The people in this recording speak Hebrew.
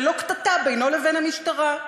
זו לא קטטה בינו לבין המשטרה,